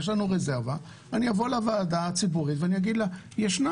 אני אבוא לוועדה הציבורית ואגיד שישנה